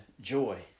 joy